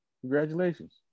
congratulations